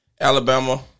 Alabama